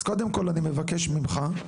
אז קודם כול אני מבקש ממך,